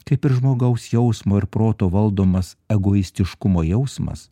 kaip ir žmogaus jausmo ir proto valdomas egoistiškumo jausmas